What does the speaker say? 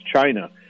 China